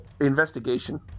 investigation